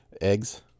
Eggs